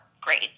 great